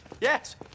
Yes